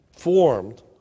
formed